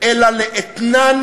אלא לאתנן